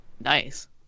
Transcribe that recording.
Nice